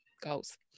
goals